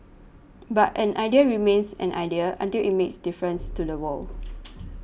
but an idea remains an idea until it makes a difference to the world